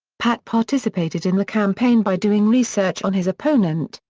pat participated in the campaign by doing research on his opponent,